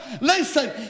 Listen